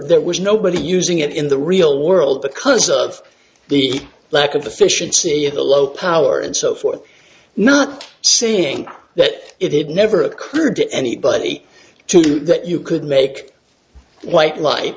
there was nobody using it in the real world because of the lack of the fish and seeing the low power and so forth not saying that it had never occurred to anybody to do that you could make white li